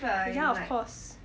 ya of course